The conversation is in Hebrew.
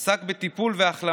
הוא עסק בטיפול והחלמה,